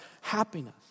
happiness